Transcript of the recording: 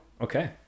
Okay